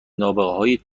نابغههای